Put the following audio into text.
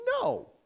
No